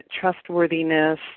trustworthiness